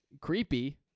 creepy